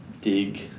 dig